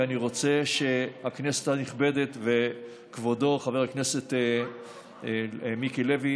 כי אני רוצה שהכנסת הנכבדה וכבודו חבר הכנסת מיקי לוי,